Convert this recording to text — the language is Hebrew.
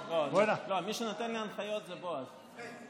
מי שנותן לי הנחיות זה בועז.